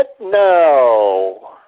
No